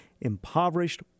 impoverished